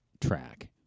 track